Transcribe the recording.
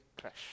crash